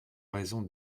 raison